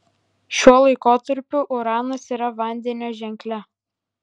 šiuo laikotarpiu uranas yra vandenio ženkle